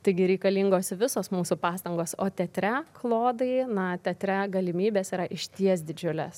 taigi reikalingos visos mūsų pastangos o teatre klodai na teatre galimybės yra išties didžiulės